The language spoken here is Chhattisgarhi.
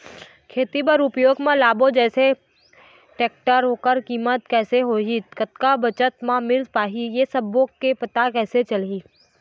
खेती बर उपयोग मा लाबो जाथे जैसे टेक्टर ओकर कीमत कैसे होही कतेक बचत मा मिल पाही ये सब्बो के पता कैसे चलही?